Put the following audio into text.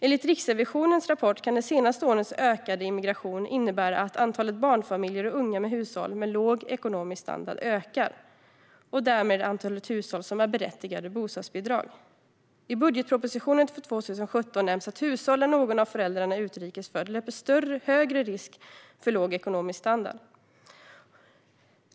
Enligt Riksrevisionens rapport kan de senaste årens ökade immigration innebära att antalet barnfamiljer och unga hushåll med låg ekonomisk standard ökar, och därmed ökar också antalet hushåll som är berättigade till bostadsbidrag. I budgetpropositionen för 2017 nämns att hushåll där någon av föräldrarna är utrikes född löper högre risk för låg ekonomisk standard.